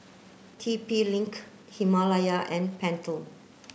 T P link Himalaya and Pentel